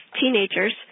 teenagers